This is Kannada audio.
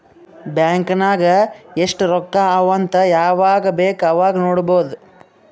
ಬ್ಯಾಂಕ್ ನಾಗ್ ಎಸ್ಟ್ ರೊಕ್ಕಾ ಅವಾ ಅಂತ್ ಯವಾಗ ಬೇಕ್ ಅವಾಗ ನೋಡಬೋದ್